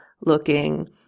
looking